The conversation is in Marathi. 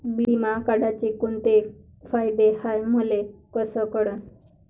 बिमा काढाचे कोंते फायदे हाय मले कस कळन?